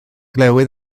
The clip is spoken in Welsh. glywed